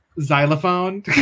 Xylophone